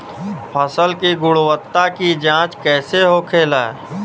फसल की गुणवत्ता की जांच कैसे होखेला?